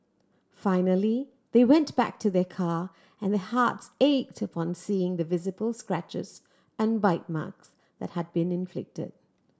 finally they went back to their car and hearts ached upon seeing the visible scratches and bite marks that had been inflicted